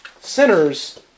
Sinners